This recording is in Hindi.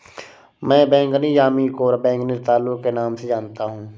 मैं बैंगनी यामी को बैंगनी रतालू के नाम से जानता हूं